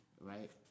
Right